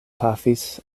pafis